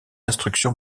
instruction